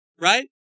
Right